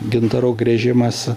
gintaro gręžimas